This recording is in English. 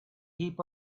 heap